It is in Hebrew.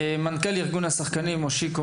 מושיקו